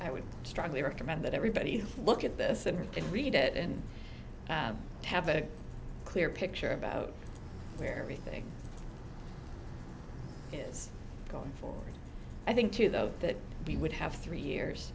i would strongly recommend that everybody look at this and then read it and have a clear picture about where everything is going forward i think to those that we would have three years